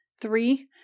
Three